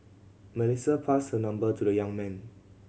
Melissa passed her number to the young man